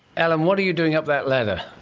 alan, what are you doing up that ladder?